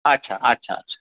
अच्छा अच्छा अच्छा